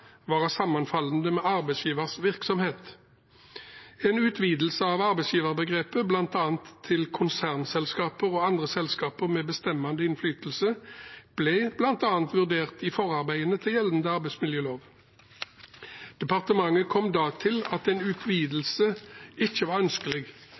være sammenfallende med arbeidsgivers virksomhet. En utvidelse av arbeidsgiverbegrepet, bl.a. til konsernselskaper og andre selskaper med bestemmende innflytelse, ble bl.a. vurdert i forarbeidene til gjeldende arbeidsmiljølov. Departementet kom da til at en